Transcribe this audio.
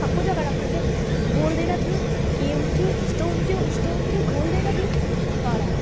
भक्कु झगडा गर्थेँ बोल्दैन थियो के हुन्थ्यो यस्तो हुन्थ्यो उस्तो हुन्थ्यो बोल्दैन थियो तर